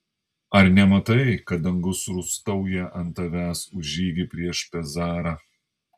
ar nematai kad dangus rūstauja ant tavęs už žygį prieš pezarą